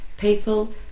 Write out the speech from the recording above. people